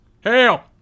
Hail